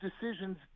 decisions